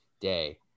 day